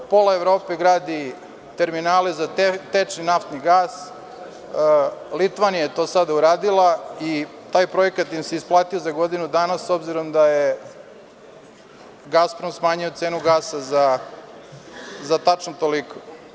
Pola Evrope gradi terminale za tečni naftni gas, Litvanija je to sada uradila, i taj projekat bi im se isplatio za godinu dana, s obzirom da je „Gasprom“ smanjio cenu gasa za tačno toliko.